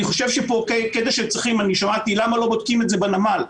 שמעתי ששואלים למה לא בודקים אותו בנמל?